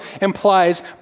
implies